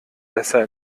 besser